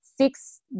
six